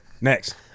Next